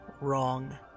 wrong